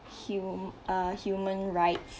hum~ uh human rights